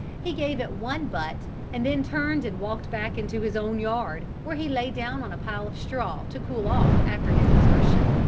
he gave it one butt and then turned and walked back into his own yard where he lay down on a pile of straw to cool off after his exertion.